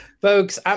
Folks